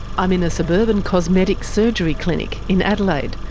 i'm in a suburban cosmetic surgery clinic in adelaide.